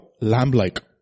lamb-like